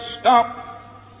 stop